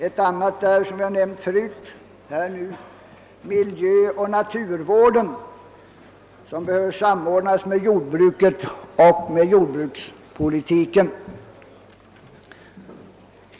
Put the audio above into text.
Ett annat är, som jag nämnde tidigare, miljöoch naturvården som behöver samordnas med jordbruket och med jordbrukspolitiken.